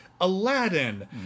aladdin